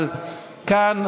אבל כאן,